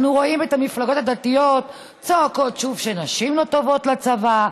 אנחנו רואים את המפלגות הדתיות צועקות שוב שנשים לא טובות לצבא.